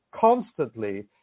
constantly